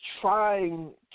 trying